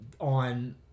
on